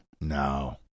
No